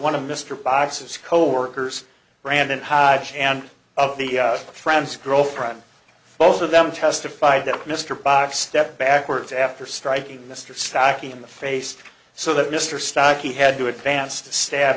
one of mr boxes coworkers brandon hyde and of the friends girlfriend both of them testified that mr box stepped backwards after striking mr stack in the face so that mr stocky had to advance to stab